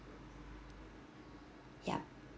yup